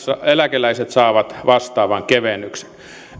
eläkeläiset saavat vastaavan kevennyksen